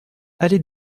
allée